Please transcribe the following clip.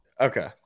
okay